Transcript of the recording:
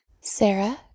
Sarah